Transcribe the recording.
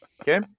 Okay